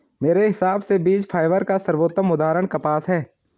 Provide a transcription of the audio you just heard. मेरे हिसाब से बीज फाइबर का सर्वोत्तम उदाहरण कपास है